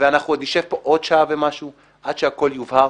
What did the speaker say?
ואנחנו נשב פה עוד שעה ומשהו עד שהכול יובהר.